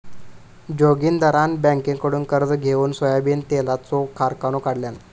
जोगिंदरान बँककडुन कर्ज घेउन सोयाबीन तेलाचो कारखानो काढल्यान